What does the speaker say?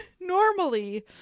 normally